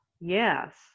yes